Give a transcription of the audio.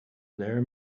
there